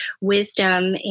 wisdom